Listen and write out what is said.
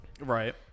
Right